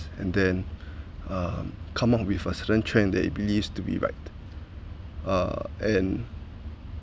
and then um come up with a certain trend that it believes to be right uh and